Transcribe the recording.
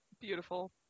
Beautiful